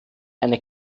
eine